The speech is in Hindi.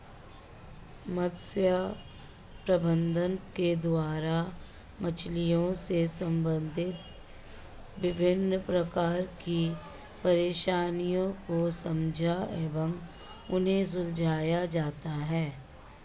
मत्स्य प्रबंधन के द्वारा मछलियों से संबंधित विभिन्न प्रकार की परेशानियों को समझा एवं उन्हें सुलझाया जाता है